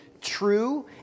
true